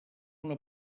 una